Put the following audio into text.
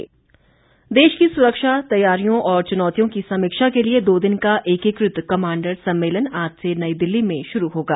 सम्मेलन देश की सुरक्षा तैयारियों और चुनौतियों की समीक्षा के लिये दो दिन का एकीकृत कमांडर सम्मेलन आज से नई दिल्ली में शुरू होगा